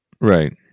right